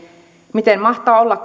miten mahtaa olla